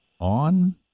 on